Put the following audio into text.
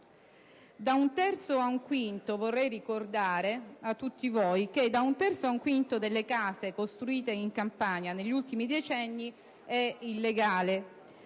paesaggistici. Vorrei ricordare a tutti voi che da un terzo a un quinto delle case costruite in Campania negli ultimi decenni è illegale,